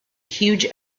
huge